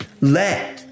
let